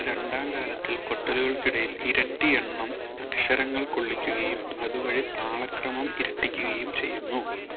രണ്ടാം കാലത്തിൽ കൊട്ടലുകൾക്കിടയിൽ ഇരട്ടി എണ്ണം അക്ഷരങ്ങൾ കൊള്ളിക്കുകയും അതുവഴി താളക്രമം ഇരട്ടിക്കുകയും ചെയ്യുന്നു